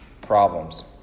problems